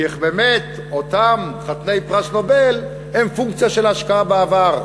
כי אותם חתני פרס נובל הם פונקציה של השקעה בעבר.